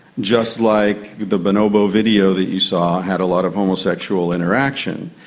just like with the bonobo video that you saw had a lot of homosexual interaction,